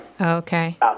Okay